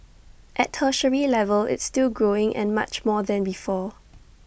at tertiary level it's still growing and much more than before